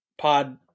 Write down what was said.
Pod